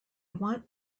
want